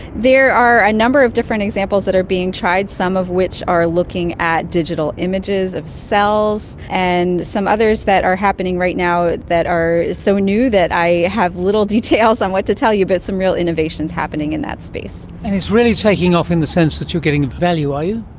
there are a number of different examples that are being tried, some of which are looking at digital images of cells, and some others that are happening right now that are so new that i have little details on what to tell you, but some real innovation is happening in that space. and it's really taking off in the sense that you are getting value you?